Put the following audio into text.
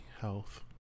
health